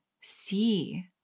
see